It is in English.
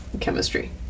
chemistry